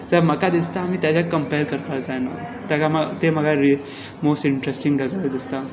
so म्हाका दिसता आमी कम्पेर करपाक जायना तें म्हाका मोस्ट इंट्रस्टिंग गजाल दिसता